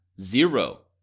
Zero